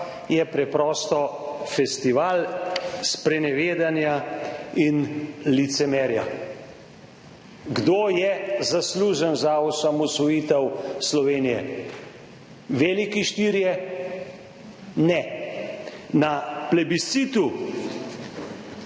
je preprosto festival sprenevedanja in licemerja. Kdo je zaslužen za osamosvojitev Slovenije? Veliki štirje? Ne. Na plebiscitu,